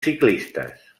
ciclistes